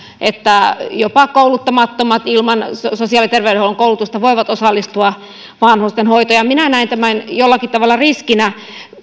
että jopa kouluttamattomat ilman sosiaali ja terveydenhuollon koulutusta voivat osallistua vanhustenhoitoon minä näen tämän jollakin tavalla riskinä